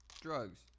drugs